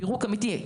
פירוק אמיתי,